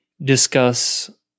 discuss